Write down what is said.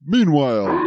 Meanwhile